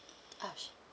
uh sh~